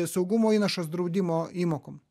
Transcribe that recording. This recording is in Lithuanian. saugumo įnašas draudimo įmokom